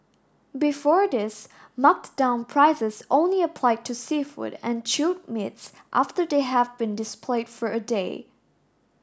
before this marked down prices only applied to seafood and chilled meats after they have been displayed for a day